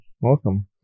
Welcome